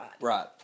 Right